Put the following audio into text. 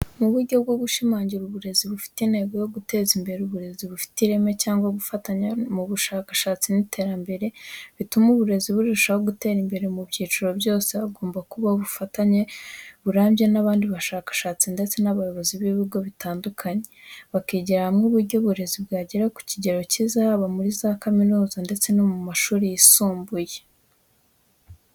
Mu buryo bwo gushimangira uburezi bufite intego yo guteza imbere uburezi bufite ireme cyangwa gufatanya mu bushakashatsi n’iterambere, bituma uburezi burushaho gutera imbere mu byiciro byose, hagomba kubaho ubufatanye burambye n'abandi bashakashatsi ndetse n'abayobozi b'ibigo bitandukanye bakigira hamwe uburyo uburezi bwagera ku kigero cyiza haba muri za kaminuza ndetse n'amashuri yisumbuye.